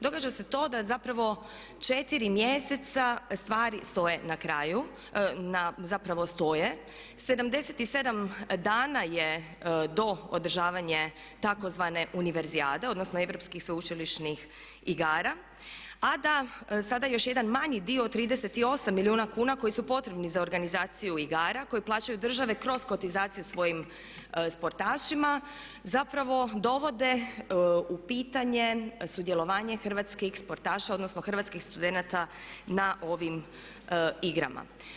Događa se to da zapravo četiri mjeseca stvari stoje na kraju, zapravo stoje, 77 dana je do održavanja tzv. Uneverzijade, odnosno Europskih sveučilišnih igara a da sada još jedan manji dio 38 milijuna kuna koji su potrebni za organizaciju igara koje plaćaju države kroz kotizaciju svojim sportašima zapravo dovode u pitanje sudjelovanje hrvatskih sportaša odnosno hrvatskih studenata na ovim igrama.